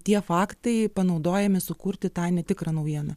tie faktai panaudojami sukurti tą netikrą naujieną